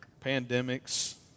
pandemics